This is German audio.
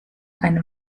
eine